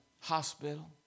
hospital